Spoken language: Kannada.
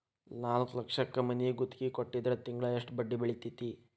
ನಾಲ್ಕ್ ಲಕ್ಷಕ್ ಮನಿ ಗುತ್ತಿಗಿ ಕೊಟ್ಟಿದ್ರ ತಿಂಗ್ಳಾ ಯೆಸ್ಟ್ ಬಡ್ದಿ ಬೇಳ್ತೆತಿ?